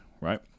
Right